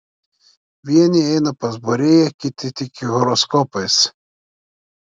vieni eina pas būrėją kiti tiki horoskopais